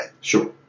Sure